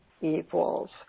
equals